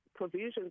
Provisions